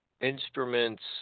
instruments